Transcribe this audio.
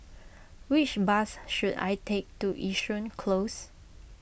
which bus should I take to Yishun Close